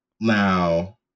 Now